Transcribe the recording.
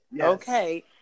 Okay